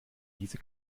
diese